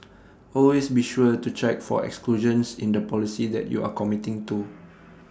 always be sure to check for exclusions in the policy that you are committing to